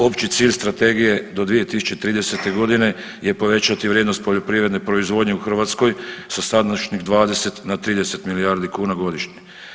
Opći cilj strategije do 2030.g. je povećati vrijednost poljoprivredne proizvodnje u Hrvatskoj sa sadašnjih 20 na 30 milijardi kuna godišnje.